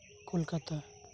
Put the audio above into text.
Kolkata